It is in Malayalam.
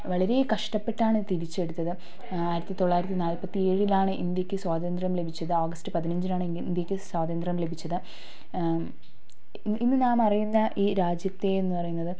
വളരേ കഷ്ടപ്പെട്ടാണ് തിരിച്ചെടുത്തത് ആയിരത്തി തൊള്ളായിരത്തി നാല്പത്തിയേഴിലാണ് ഇന്ത്യയ്ക്ക് സ്വാതന്ത്ര്യം ലഭിച്ചത് ഓഗസ്റ്റ് പതിനഞ്ചിനാണ് ഇന്ത്യയ്ക്ക് സ്വാതന്ത്ര്യം ലഭിച്ചത് ഇന്ന് നാം അറിയുന്ന ഈ രാജ്യത്തെ എന്ന് പറയുന്നത്